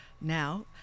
now